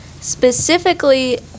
specifically